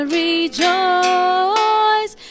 rejoice